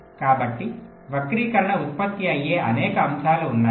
కాబట్టి వక్రీకరణ ఉత్పత్తి అయ్యే అనేక అంశాలు ఉన్నాయి